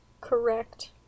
Correct